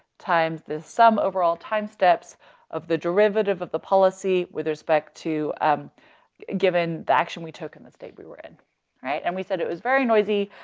times the sum over all time steps of the derivative of the policy with respect to, um given the action we took in the state we were in. all right. and we said it was very noisy,